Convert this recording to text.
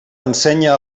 ensenya